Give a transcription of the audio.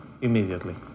immediately